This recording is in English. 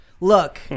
Look